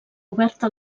oberta